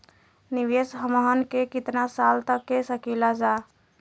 निवेश हमहन के कितना साल तक के सकीलाजा?